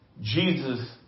Jesus